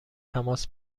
تماس